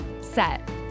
set